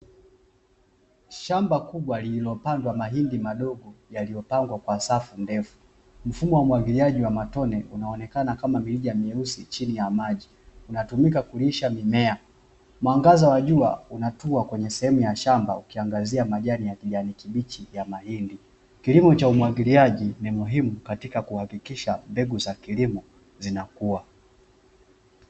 Shamba kubwa lililo pendwa mahindi madogo yaliyopangwa kwa safu ndefu mfumo wa umwagiliaji wa matone unaonekana kama mirija mweusi chini ya maji unatumika kulisha mimea. Mwangaza wa jua unatua kwenye sehemu ya shamba ukiangazia majani ya kijani kibichi ya mahindi. Kilimo cha umwagiliaji ni muhimu katika kuhakikisha mbegu za kilimo zinakua.